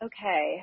Okay